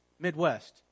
midwest